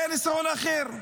היה ניסיון אחר,